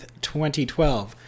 2012